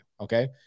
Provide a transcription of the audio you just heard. Okay